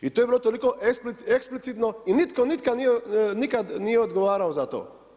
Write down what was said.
I to je bilo toliko eksplicitno i nitko nikad nije odgovarao za to.